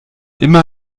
immer